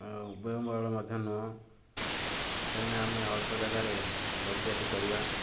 ଆଉ ଉଭୟ ବଳ ମଧ୍ୟ ନୁହଁ କାହିଁକିନା ଆମେ ଅଳ୍ପ ଜାଗାରେ ବଗିଚାଟି କରିବା